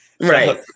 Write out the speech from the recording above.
Right